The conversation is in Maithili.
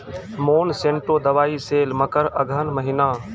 मोनसेंटो दवाई सेल मकर अघन महीना,